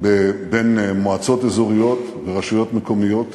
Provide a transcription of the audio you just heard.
בין מועצות אזוריות ורשויות מקומיות.